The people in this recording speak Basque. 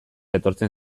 etortzen